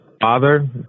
father